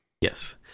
Yes